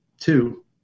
two